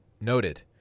noted